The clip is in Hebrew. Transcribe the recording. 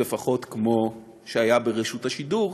לפחות כמו שהיה ברשות השידור,